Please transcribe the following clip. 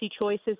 choices